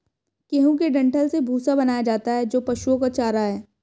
गेहूं के डंठल से भूसा बनाया जाता है जो पशुओं का चारा है